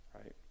right